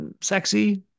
sexy